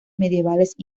medievales